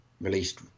released